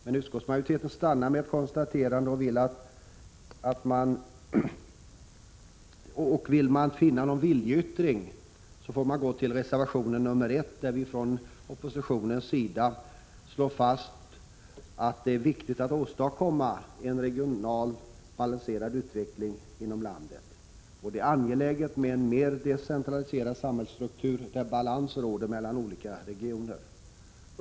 Men utskottsmajoriteten stannar med ett konstaterande, och vill man finna någon viljeyttring får man gå till reservation 1, där vi från oppositionens sida slår fast att det är viktigt att åstadkomma en regionalt balanserad utveckling inom landet. Det är angeläget med en mer decentraliserad samhällsstruktur där balans råder mellan olika regioner.